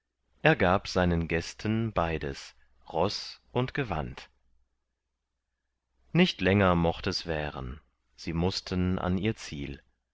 er gab seinen gästen beides ross und gewand nicht länger mocht es währen sie mußten an ihr ziel